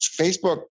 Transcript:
Facebook